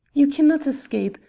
you cannot escape,